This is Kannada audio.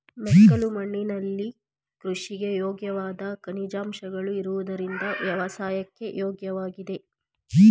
ಮೆಕ್ಕಲು ಮಣ್ಣಿನಲ್ಲಿ ಕೃಷಿಗೆ ಯೋಗ್ಯವಾದ ಖನಿಜಾಂಶಗಳು ಇರುವುದರಿಂದ ವ್ಯವಸಾಯಕ್ಕೆ ಯೋಗ್ಯವಾಗಿದೆ